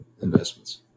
investments